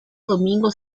domingo